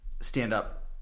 stand-up